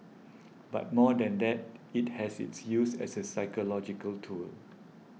but more than that it has its use as a psychological tool